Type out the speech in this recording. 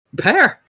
Pair